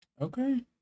Okay